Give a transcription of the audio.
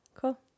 Cool